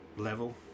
Level